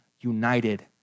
united